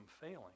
failing